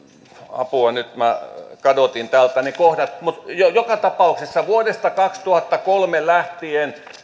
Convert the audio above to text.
apua nyt minä kadotin täältä ne kohdat mutta joka tapauksessa vuodesta kaksituhattakolme lähtien